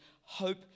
hope